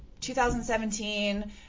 2017